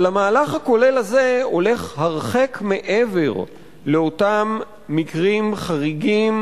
אבל המהלך הכולל הזה הולך הרחק מעבר לאותם מקרים חריגים